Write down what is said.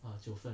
ah 就是